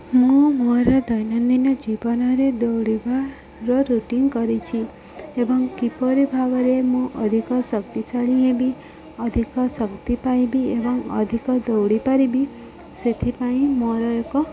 ମୁଁ ମୋର ଦୈନନ୍ଦିନ ଜୀବନରେ ଦୌଡ଼ିବାର ରୁଟିନ୍ କରିଛି ଏବଂ କିପରି ଭାବରେ ମୁଁ ଅଧିକ ଶକ୍ତିଶାଳୀ ହେବି ଅଧିକ ଶକ୍ତି ପାଇବି ଏବଂ ଅଧିକ ଦୌଡ଼ିପାରିବି ସେଥିପାଇଁ ମୋର ଏକ